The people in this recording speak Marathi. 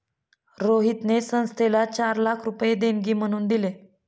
रोहितने संस्थेला चार लाख रुपये देणगी म्हणून दिले